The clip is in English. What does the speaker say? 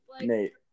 Nate